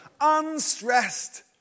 Unstressed